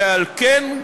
ועל כן,